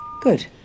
Good